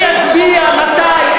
מי יצביע מתי,